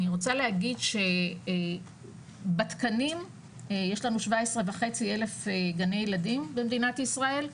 אני רוצה להגיד שבתקנים יש לנו 17.5 אלף גני ילדים במדינת ישראל,